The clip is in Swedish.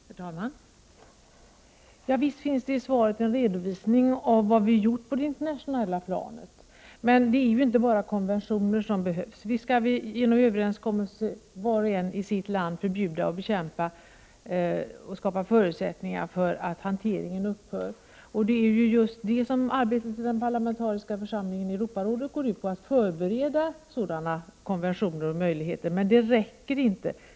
Herr talman! Ja, visst finns det i svaret en redovisning av vad vi har gjort på det internationella planet. Men det är ju inte bara konventioner som behövs. Genom överenskommelser skall vi var och en i sitt land förbjuda och bekämpa hanteringen och skapa förutsättningar för att den upphör. Arbetet i den parlamentariska församlingen i Europarådet går ut på just detta att förbereda sådana konventioner och möjligheter. Men det räcker inte.